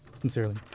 Sincerely